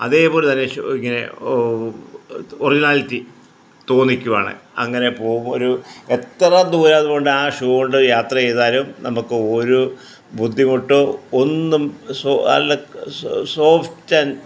അതുപോലെ തന്നെ ഈ ഷൂ ഇങ്ങനെ ഓ വലുതായിട്ട് തോന്നിക്കുവാണ് അങ്ങനെ പോകുവോ ഒരു എത്ര ദൂരം അതുകൊണ്ട് ആ ഷൂ കൊണ്ട് യാത്ര ചെയ്താലും നമുക്ക് ഒരു ബുദ്ധിമുട്ടോ ഒന്നും സോ അലക്ക് സോഫ്റ്റ് ആൻഡ്